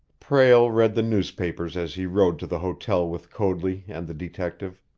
prale read the newspapers as he rode to the hotel with coadley and the detective.